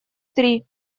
три